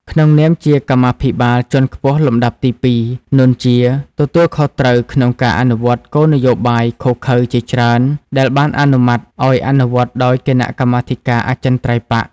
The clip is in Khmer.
ក្នុងនាម ជាកម្មាភិបាលជាន់ខ្ពស់លំដាប់ទីពីរ នួន ជាទទួលខុសត្រូវក្នុងការអនុវត្ត គោលនយោបាយឃោរឃៅជាច្រើនដែលបានអនុម័តឱ្យអនុវត្តដោយ គណៈកម្មាធិការអចិន្ត្រៃយ៍បក្ស។